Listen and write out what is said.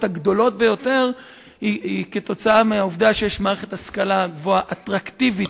הגדולות ביותר הם תוצאה מהעובדה שיש מערכת השכלה גבוהה אטרקטיבית,